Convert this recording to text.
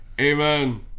Amen